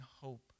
hope